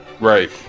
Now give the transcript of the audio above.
right